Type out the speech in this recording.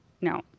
no